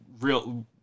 real